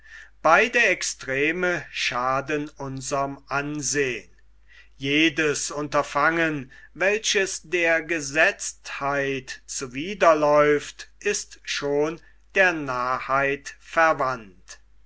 beide extreme schaden unserm ansehn jedes unterfangen welches der gesetztheit zuwiderläuft ist schon der narrheit verwandt